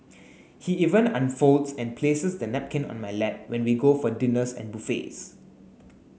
he even unfolds and places the napkin on my lap when we go for dinners and buffets